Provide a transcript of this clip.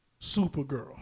Supergirl